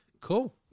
Cool